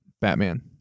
batman